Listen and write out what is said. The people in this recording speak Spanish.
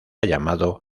llamado